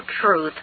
truth